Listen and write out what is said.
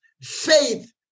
faith